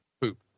poop